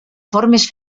formes